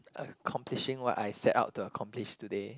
accomplishing what I set out to accomplish today